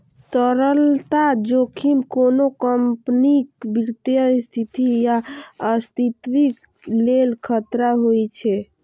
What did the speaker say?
तरलता जोखिम कोनो कंपनीक वित्तीय स्थिति या अस्तित्वक लेल खतरा होइ छै